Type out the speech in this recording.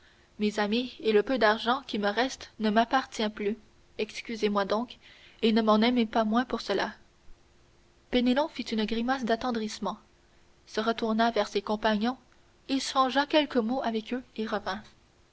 mes amis et le peu d'argent qui me reste ne m'appartient plus excusez-moi donc et ne m'en aimez pas moins pour cela penelon fit une grimace d'attendrissement se retourna vers ses compagnons échangea quelques mots avec eux et revint